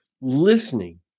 listening